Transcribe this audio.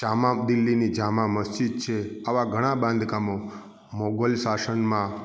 જામા દિલ્લીની જામા મસ્જિદ છે આવા ઘણાં બાંધકામો મોગલ શાસનમાં